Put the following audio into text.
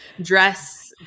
dress